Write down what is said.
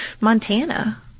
Montana